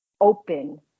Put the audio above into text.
open